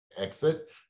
exit